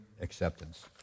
acceptance